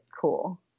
cool